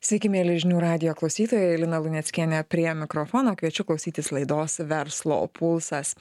sveiki mieli žinių radijo klausytojai lina luneckienė prie mikrofono kviečiu klausytis laidos verslo pulsas